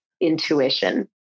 intuition